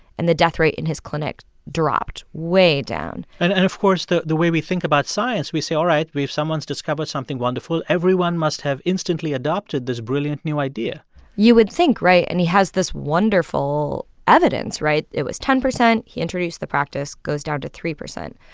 and the death rate in his clinic dropped way down and and, of course, the the way we think about science, we say, all right, we have someone's discovered something wonderful. everyone must have instantly adopted this brilliant, new idea you would think, right? and he has this wonderful evidence, right? it was ten percent, he introduced the practice, goes down to three percent.